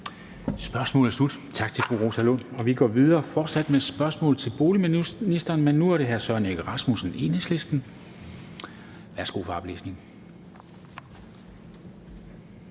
Spørgsmålet er slut, så tak til fru Rosa Lund. Vi går videre, og det er fortsat med spørgsmål til boligministeren, men nu er det hr. Søren Egge Rasmussen, Enhedslisten, der spørger.